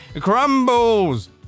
crumbles